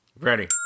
Ready